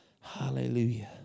Hallelujah